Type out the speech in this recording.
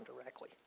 directly